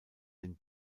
den